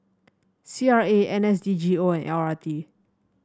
C R A N S D G O and L R T